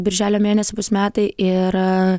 birželio mėnesį bus metai ir